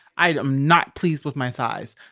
i'm not pleased with my thighs.